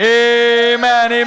amen